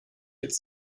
jetzt